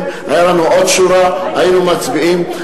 היתה לנו עוד שורה, היינו מצביעים.